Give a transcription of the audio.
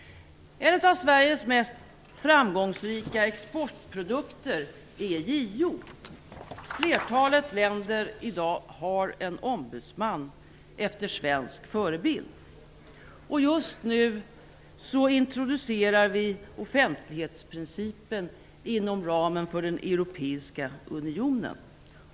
En av Sveriges mest framgångsrika exportprodukter är JO. Flertalet länder har i dag en ombudsman efter svensk förebild. Just nu introducerar vi offentlighetsprincipen inom ramen för den europeiska unionen.